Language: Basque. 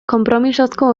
konpromisozko